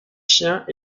chiens